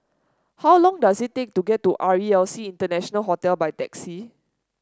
how long does it take to get to R E L C International Hotel by taxi